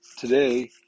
Today